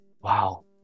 Wow